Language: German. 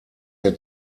der